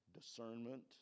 discernment